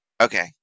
Okay